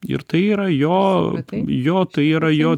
ir tai yra jo jo tai yra jo